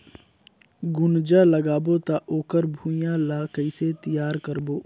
गुनजा लगाबो ता ओकर भुईं ला कइसे तियार करबो?